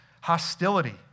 Hostility